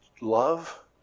love